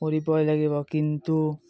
কৰিবই লাগিব কিন্তু